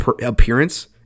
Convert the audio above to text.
appearance